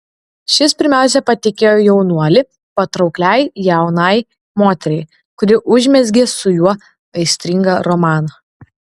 šis pirmiausia patikėjo jaunuolį patraukliai jaunai moteriai kuri užmezgė su juo aistringą romaną